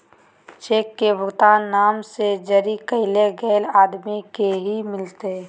cheque के भुगतान नाम से जरी कैल गेल आदमी के ही मिलते